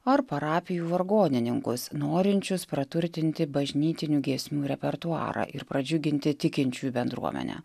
ar parapijų vargonininkus norinčius praturtinti bažnytinių giesmių repertuarą ir pradžiuginti tikinčiųjų bendruomenę